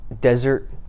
desert